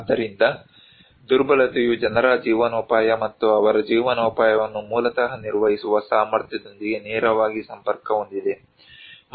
ಆದ್ದರಿಂದ ದುರ್ಬಲತೆಯು ಜನರ ಜೀವನೋಪಾಯ ಮತ್ತು ಅವರ ಜೀವನೋಪಾಯವನ್ನು ಮೂಲತಃ ನಿರ್ವಹಿಸುವ ಸಾಮರ್ಥ್ಯದೊಂದಿಗೆ ನೇರವಾಗಿ ಸಂಪರ್ಕ ಹೊಂದಿದೆ